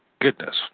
goodness